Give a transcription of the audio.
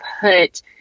put